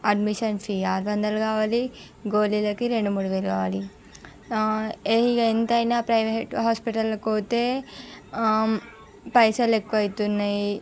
admission fee ఆరు వందలు కావాలి గోలీలకి రెండు మూడు వేలు కావాలి ఇక ఎంతైనా ప్రైవేట్ హాస్పిటళ్ళకి పోతే పైసలు ఎక్కువైతున్నాయి